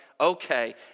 okay